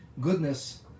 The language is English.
goodness